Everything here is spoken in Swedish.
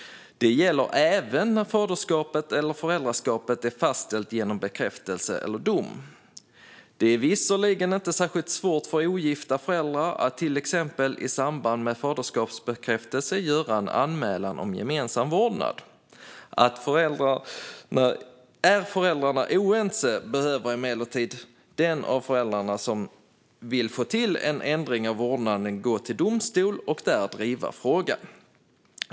Det gäller även när faderskapet eller föräldraskapet är fastställt genom bekräftelse eller dom. Det är visserligen inte särskilt svårt för ogifta föräldrar att, t.ex. i samband med en faderskapsbekräftelse, göra en anmälan om gemensam vårdnad. Är föräldrarna oense behöver emellertid den av föräldrarna som vill få till en ändring av vårdnaden gå till domstol och där driva frågan .